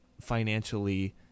financially